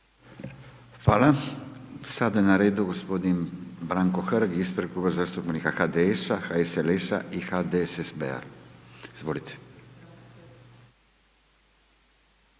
Hvala. Sada je na redu g. Branko Hrg ispred kluba zastupnika HDS-a, HSLS-a i HDSSB-a, izvolite.